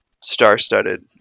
star-studded